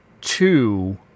two